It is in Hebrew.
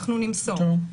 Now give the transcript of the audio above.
אנחנו נמסור.